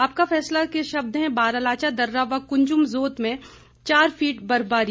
आपका फैसला के शब्द हैं बारालाचा दर्रा व कुंजुम जोत में चार फीट बर्फबारी